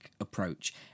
approach